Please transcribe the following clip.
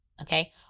okay